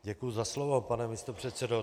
Děkuji za slovo, pane místopředsedo.